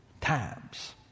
times